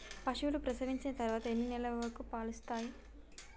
పశువులు ప్రసవించిన తర్వాత ఎన్ని నెలల వరకు పాలు ఇస్తాయి?